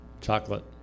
Chocolate